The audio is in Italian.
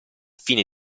fine